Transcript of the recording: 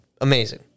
amazing